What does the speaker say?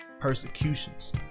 persecutions